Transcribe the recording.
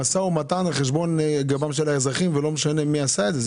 משא ומתן על גבם של האזרחים ולא משנה מי עשה אותו.